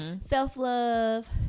self-love